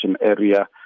Area